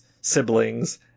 siblings